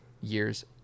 years